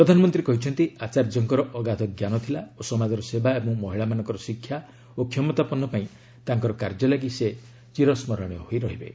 ପ୍ରଧାନମନ୍ତ୍ରୀ କହିଛନ୍ତି ଆଚାର୍ଯ୍ୟଙ୍କର ଅଗାଧ ଜ୍ଞାନ ଥିଲା ଓ ସମାଜର ସେବା ଏବଂ ମହିଳାମାନଙ୍କ ଶିକ୍ଷା ଓ କ୍ଷମତାପନ୍ନ ପାଇଁ ତାଙ୍କର କାର୍ଯ୍ୟ ଲାଗି ସେ ଚିରସ୍କରଣୀୟ ହୋଇ ରହିବେ